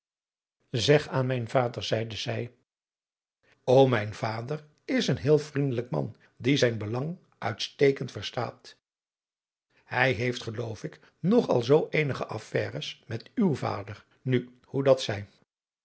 zeg aan mijn vader zeide zij o mijn vader is een heel vriendelijk man die zijn belang uitstekend verstaat hij heeft geloof ik nog al zoo eenige affaires met uw vader nu hoe dat zij